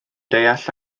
deall